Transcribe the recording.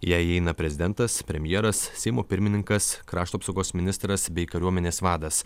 į ją įeina prezidentas premjeras seimo pirmininkas krašto apsaugos ministras bei kariuomenės vadas